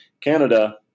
Canada